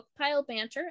bookpilebanter